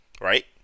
Right